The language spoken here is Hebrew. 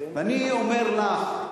ואני אומר לך,